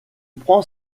prend